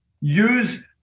use